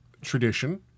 tradition